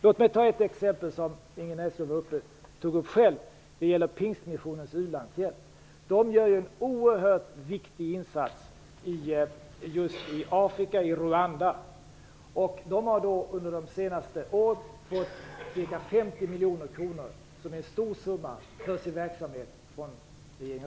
Låt mig ta ett exempel som Ingrid Näslund själv tog upp och som gäller Pingstmissionens u-landshjälp. Den gör en oerhört viktig insats i Rwanda i Afrika. Den har under de senaste åren från regering och riksdag fått ca 50 miljoner kronor, vilket är en stor summa, för sin verksamhet.